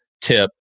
tip